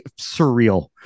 surreal